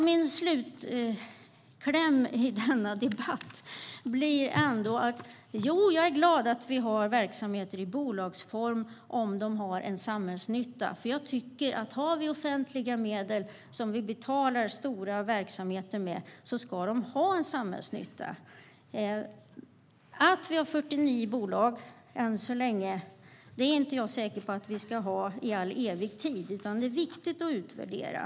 Min slutkläm i denna debatt blir: Jo, jag är glad att vi har verksamheter i bolagsform, om de har en samhällsnytta. Om vi har offentliga medel som vi betalar stora verksamheter med ska de ha en samhällsnytta. Vi har 49 bolag än så länge, men jag är inte säker på att vi ska ha det i evig tid, utan det är viktigt att utvärdera.